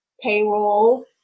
Payroll